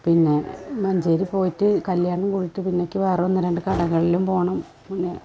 പിന്നെ മഞ്ചേരി പോയിട്ട് കല്യാണം കൂടിയിട്ട് പിന്നെ എനിക്ക് വേറെ ഒന്നുരണ്ട് കടകളിലും പോവണം പിന്നെ